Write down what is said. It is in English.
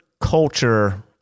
culture